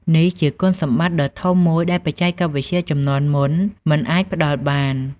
នេះជាគុណសម្បត្តិដ៏ធំមួយដែលបច្ចេកវិទ្យាជំនាន់មុនមិនអាចផ្ដល់បាន។